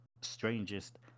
strangest